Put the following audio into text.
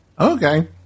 Okay